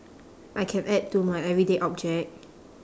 I can add to my everyday object